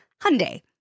Hyundai